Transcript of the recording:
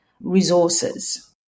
resources